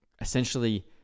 essentially